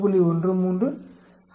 13 53